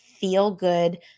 feel-good